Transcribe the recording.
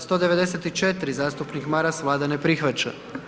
194. zastupnik Maras, Vlada ne prihvaća.